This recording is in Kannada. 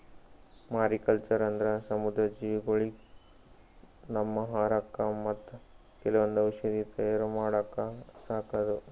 ಮ್ಯಾರಿಕಲ್ಚರ್ ಅಂದ್ರ ಸಮುದ್ರ ಜೀವಿಗೊಳಿಗ್ ನಮ್ಮ್ ಆಹಾರಕ್ಕಾ ಮತ್ತ್ ಕೆಲವೊಂದ್ ಔಷಧಿ ತಯಾರ್ ಮಾಡಕ್ಕ ಸಾಕದು